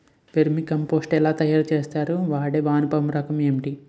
Vermi compost ఎలా తయారు చేస్తారు? వాడే వానపము రకం ఏంటి?